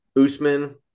Usman